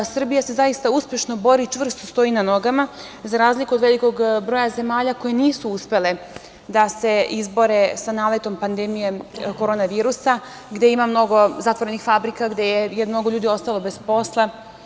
Srbija se zaista uspešno bori i čvrsto stoji na nogama, za razliku od velikog broja zemalja koje nisu uspele da se izbore sa naletom pandemije korona virusa, gde ima mnogo zatvorenih fabrika, gde je mnogo ljudi ostalo bez posla.